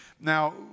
Now